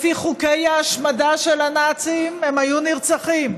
לפי חוקי ההשמדה של הנאצים הם היו נרצחים,